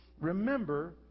remember